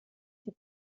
sie